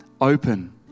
open